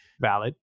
Valid